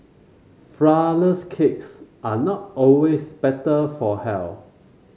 flourless cakes are not always better for health